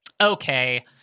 Okay